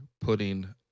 putting